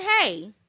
hey